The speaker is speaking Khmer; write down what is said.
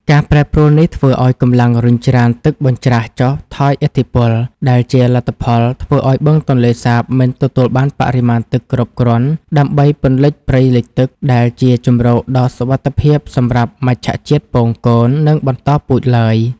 ការប្រែប្រួលនេះធ្វើឱ្យកម្លាំងរុញច្រានទឹកបញ្ច្រាសចុះថយឥទ្ធិពល ដែលជាលទ្ធផលធ្វើឱ្យបឹងទន្លេសាបមិនទទួលបានបរិមាណទឹកគ្រប់គ្រាន់ដើម្បីពន្លិចព្រៃលិចទឹក ដែលជាជម្រកដ៏សុវត្ថិភាពសម្រាប់មច្ឆជាតិពងកូន និងបន្តពូជឡើយ។